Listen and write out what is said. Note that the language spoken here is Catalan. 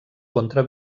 contra